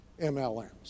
MLMs